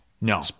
No